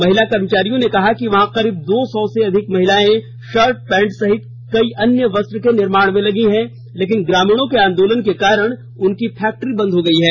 महिला कर्मचारियों ने कहा कि वहां करीब दो सौ से अधिक महिलाएं शर्ट पैंट सहित कई अन्य वस्त्र के निर्माण में लगी है लेकिन ग्रामीणों के आंदोलन के कारण उनकी फैक्ट्री बंद हो गयी है